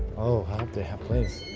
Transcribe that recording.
oh, i hope they have place.